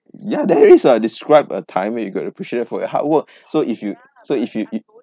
ya that is a describe a time when you got appreciated for your hard work so if you so if you uh